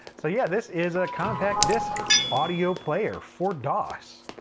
so yeah this is a compact disc audio player for dos.